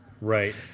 Right